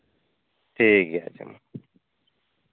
ᱴᱷᱤᱠ ᱜᱮᱭᱟ ᱟᱪᱪᱷᱟ ᱢᱟ